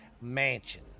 Mansion